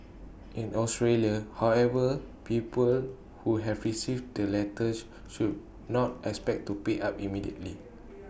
in Australia however people who have received the letters should not expect to pay up immediately